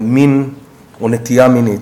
מין או נטייה מינית.